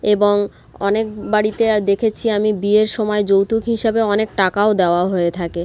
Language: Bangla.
এবং অনেক বাড়িতে দেখেছি আমি বিয়ের সময় যৌতুক হিসাবে অনেক টাকাও দেওয়া হয়ে থাকে